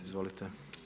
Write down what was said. Izvolite.